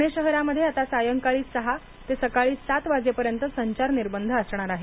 पुणे शहरामध्ये आता सायंकाळी सहा ते सकाळी सात वाजेपर्यंत संचार निर्बंध असणार आहेत